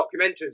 documentaries